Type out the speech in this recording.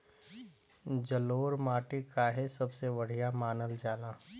जलोड़ माटी काहे सबसे बढ़िया मानल जाला?